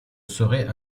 serait